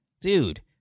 dude